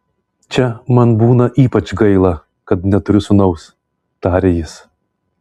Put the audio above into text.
čia man būna ypač gaila kad neturiu sūnaus tarė jis